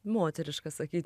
moteriška sakyt